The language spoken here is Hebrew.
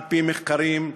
על-פי מחקרים,